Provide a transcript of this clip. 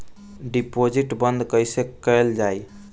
Deposit बंद कैसे कैल जाइ?